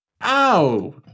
Ow